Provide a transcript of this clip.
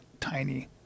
tiny